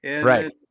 Right